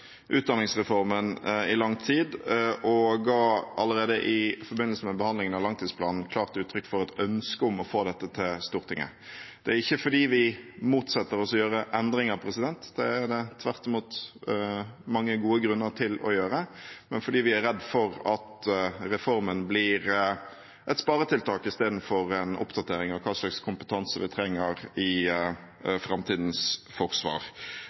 utdanningsreformen i lang tid og ga allerede i forbindelse med behandlingen av langtidsplanen klart uttrykk for et ønske om å få dette til Stortinget. Det er ikke fordi vi motsetter oss å gjøre endringer – det er det tvert imot mange gode grunner til å gjøre – men fordi vi er redd for at reformen blir et sparetiltak istedenfor en oppdatering av hva slags kompetanse vi trenger i framtidens forsvar.